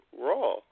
Raw